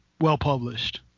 well-published